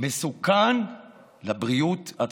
"מסוכן לבריאות הציבור".